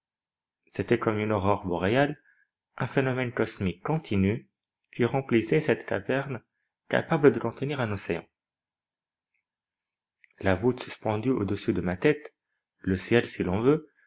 c'était comme une aurore boréale un phénomène cosmique continu qui remplissait cette caverne capable de contenir un océan la voûte suspendue au-dessus de ma tête le ciel si l'on veut